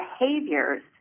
behaviors